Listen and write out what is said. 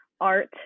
art